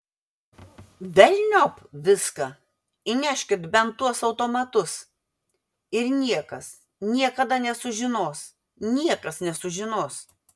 velniop viską įneškit bent tuos automatus ir niekas niekada nesužinos niekas nesužinos